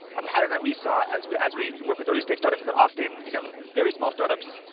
a pattern that we saw as we as we work with early stage startups is that often you know very small startups,